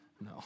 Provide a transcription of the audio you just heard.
No